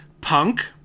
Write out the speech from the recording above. punk